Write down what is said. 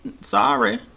sorry